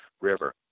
River